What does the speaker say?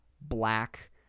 black